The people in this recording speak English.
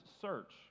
search